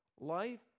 Life